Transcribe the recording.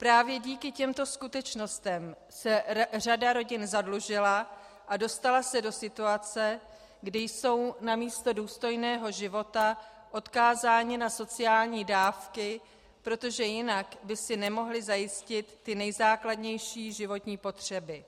Právě díky těmto skutečnostem se řada rodin zadlužila a dostala se do situace, kdy jsou namísto důstojného života odkázány na sociální dávky, protože jinak by si nemohly zajistit ty nejzákladnější životní potřeby.